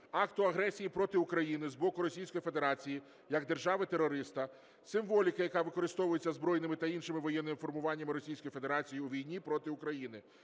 акту агресії проти України з боку Російської Федерації як держави-терориста, символіки, яка використовується збройними та іншими воєнними формуваннями Російської Федерації у війні проти України.